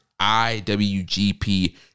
IWGP